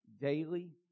Daily